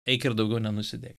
eik ir daugiau nenusidėk